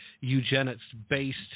eugenics-based